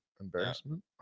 Embarrassment